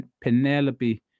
Penelope